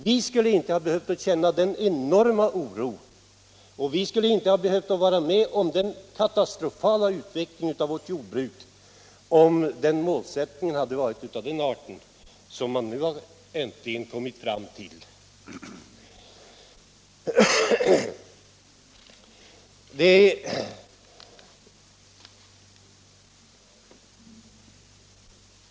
Vi skulle inte ha behövt känna denna enorma oro och vi skulle inte ha behövt vara med om denna katastrofala utveckling av vårt jordbruk om 1967 års jordbrukspolitiska målsättning varit av den art som man nu äntligen kommit fram till.